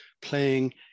playing